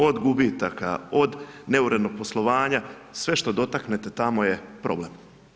Od gubitaka, od neurednog poslovanja, sve što dotaknete tamo je problem.